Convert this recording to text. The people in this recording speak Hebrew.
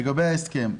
לגבי ההסכם,